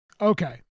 Okay